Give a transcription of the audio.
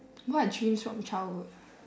what dreams from childhood